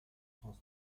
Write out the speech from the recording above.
sens